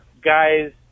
guys